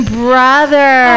brother